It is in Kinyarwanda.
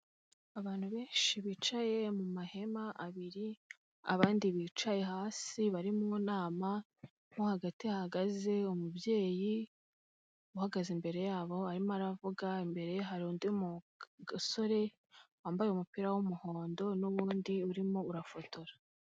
Abantu benshi bicaye mu mahema abiri, abandi bicaye hasi bari mu nama, mo hagati hahagaze umubyeyi uhagaze, imbere yabo arimo aravuga, imbere ye hari undi musore wambaye umupira w'umuhondo, n'undi urimo arafotora.